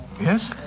Yes